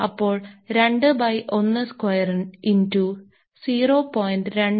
അപ്പോൾ 2 by 1 square into 0